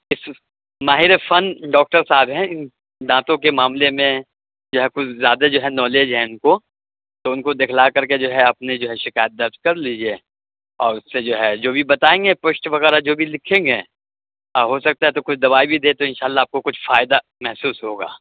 ماہر فن ڈاکٹر صاحب ہیں ان دانتوں کے معاملے میں جو ہے کچھ زیادہ جو ہے نالج ہے ان کو تو ان کو دکھلا کر کے جو ہے اپنی جو ہے شکایت درج کر لیجیے اور اس سے جو ہے جو بھی بتائیں گے پوسٹ وغیرہ جو بھی لکھیں گے او ہو سکتا ہے تو کچھ دوائی بھی دیں تو ان شاء اللہ آپ کو کچھ فائدہ محسوس ہوگا